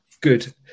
good